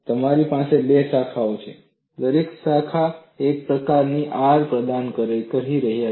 તમારી પાસે બે શાખાઓ છે દરેક શાખા એક પ્રતિકાર R પ્રદાન કરી રહી છે